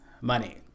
money